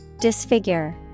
Disfigure